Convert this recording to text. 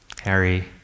Harry